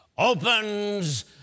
opens